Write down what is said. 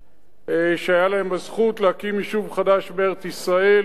שהיתה להם הזכות להקים יישוב חדש בארץ-ישראל,